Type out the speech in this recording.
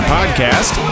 Podcast